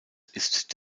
ist